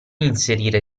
inserire